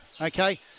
Okay